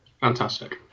Fantastic